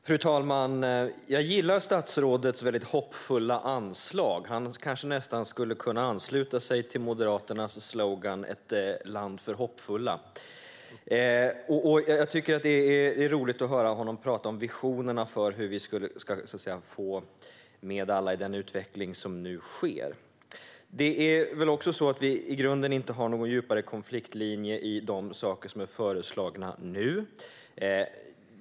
Fru talman! Jag gillar statsrådets hoppfulla anslag. Han skulle nästan kunna ansluta sig till Moderaternas slogan Ett land för hoppfulla. Det är roligt att höra honom tala om visionerna för hur vi ska få med alla i den utveckling som sker. I grunden har vi ingen djupare konfliktlinje i de saker som nu är föreslagna.